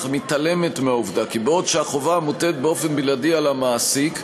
אך מתעלמת מהעובדה שבעוד החובה מוטלת באופן בלעדי על המעסיק,